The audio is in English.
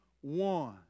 one